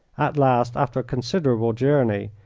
at last, after a considerable journey,